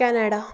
Canada